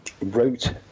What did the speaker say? wrote